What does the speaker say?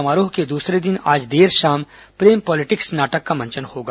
समारोह के दूसरे दिन आज देर शाम प्रेम पॉलिटिक्स नाटक का मंचन होगा